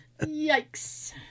Yikes